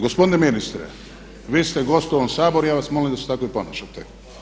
Gospodine ministre, vi ste gost u ovom Saboru i ja vas molim da se tako i ponašate.